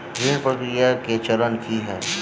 ऋण प्रक्रिया केँ चरण की है?